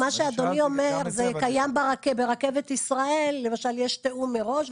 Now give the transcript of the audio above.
מה שאדוני אומר קיים ברכבת ישראל יש תיאום מראש,